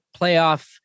playoff